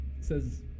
says